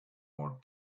more